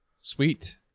sweet